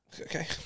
Okay